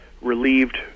relieved